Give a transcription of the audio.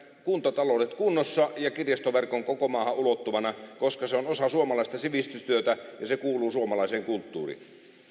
kuntataloudet kunnossa ja kirjastoverkon koko maahan ulottuvana koska se on osa suomalaista sivistystyötä ja se kuuluu suomalaiseen kulttuuriin